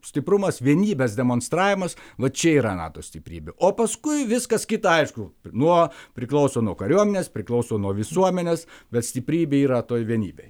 stiprumas vienybės demonstravimas vat čia yra nato stiprybė o paskui viskas kita aišku nuo priklauso nuo kariuomenės priklauso nuo visuomenės bet stiprybė yra toj vienybėj